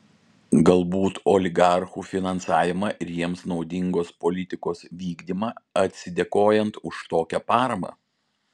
galbūt oligarchų finansavimą ir jiems naudingos politikos vykdymą atsidėkojant už tokią paramą